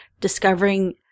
discovering